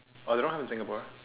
but they not in Singapore